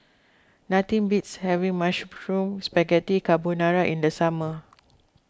nothing beats having Mushroom Spaghetti Carbonara in the summer